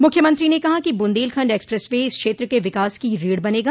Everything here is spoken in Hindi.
मुख्यमंत्री ने कहा कि बून्देलखण्ड एक्सप्रेस वे इस क्षेत्र के विकास की रीढ़ बनेगा